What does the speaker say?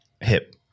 hip